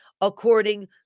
according